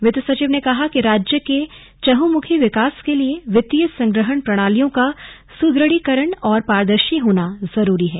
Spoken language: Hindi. वित्त सचिव ने कहा कि राज्य के चहुंमुखी विकास के लिए वित्तीय संग्रहण प्रणालियों का सुदृढ़ीकरण और पारदर्शी होना जरूरी है